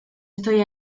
estoy